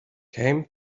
came